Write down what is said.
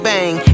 Bang